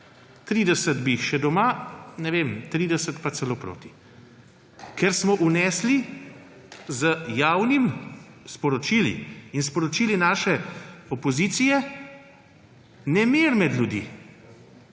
bi jih še doma, ne vem, 30 % pa celo proti. Ker smo vnesli z javnimi sporočili in s sporočili naše opozicije nemir med ljudi.